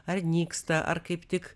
ar nyksta ar kaip tik